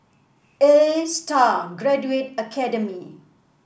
A Star Graduate Academy